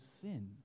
sin